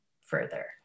further